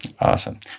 awesome